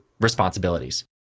responsibilities